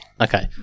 Okay